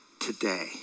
today